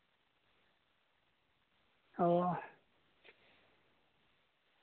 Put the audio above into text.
ᱚᱻ